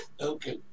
Okay